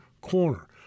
corner